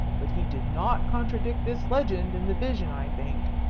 but he did not contradict this legend in the vision, i think.